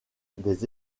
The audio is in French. des